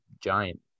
giant